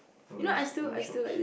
all those old shops